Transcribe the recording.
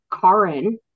Karen